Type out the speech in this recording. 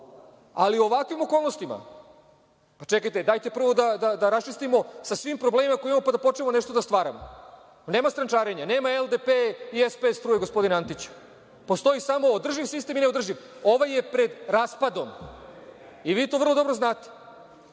Ali u ovakvim okolnostima, pa čekajte, dajte prvo da raščistimo sa svim problemima koje imamo pa da počnemo nešto da stvaramo. Nema strančarenja, nema LDP i SPS truje, gospodine Antiću, postoji samo održiv sistem i neodrživ. Ovaj je pred raspadom i vi to vrlo dobro znate.